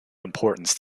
importance